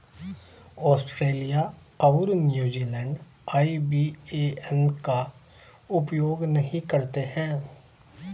Australia और New Zealand IBAN का उपयोग नहीं करते हैं